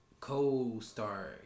co-star